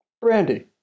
Brandy